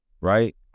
Right